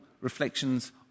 Reflections